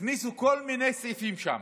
הכניסו כל מיני סעיפים שם: